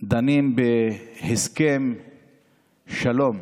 דנים בהסכם שלום,